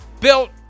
built